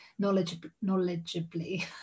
knowledgeably